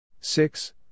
six